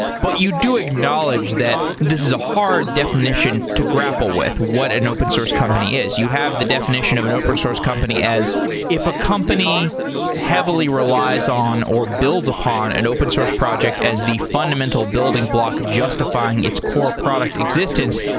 but you do acknowledge that this is a hard definition to grapple with what in open source company is. you have the definition of an open source company as if a company heavily relies on or builds upon an open source project as the fundamental building block justifying its core product existence,